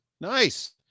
Nice